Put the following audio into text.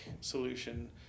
solution